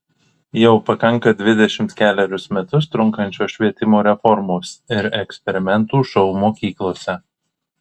jau pakanka dvidešimt kelerius metus trunkančios švietimo reformos ir eksperimentų šou mokyklose